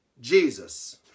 Jesus